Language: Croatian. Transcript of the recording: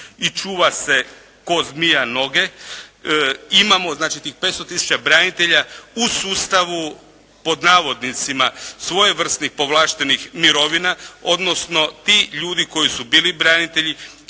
i čuva se ko zmija noge. Imamo znači tih 500 tisuća branitelja u sustavu pod navodnicima svojevrsnih povlaštenih mirovina odnosno ti ljudi koji su bili branitelji